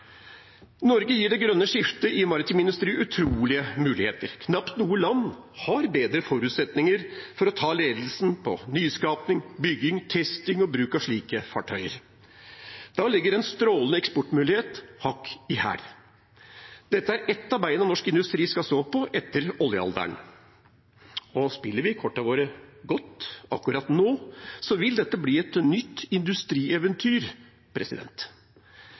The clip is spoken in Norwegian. Norge gir det grønne skiftet i maritim industri utrolige muligheter. Knapt noe land har bedre forutsetninger for å ta ledelsen i nyskaping, bygging, testing og bruk av slike fartøyer. Da ligger det en strålende eksportmulighet hakk i hæl. Dette er et av beina norsk industri skal stå på etter oljealderen, og spiller vi kortene våre godt akkurat nå, vil dette bli et nytt industrieventyr.